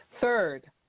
Third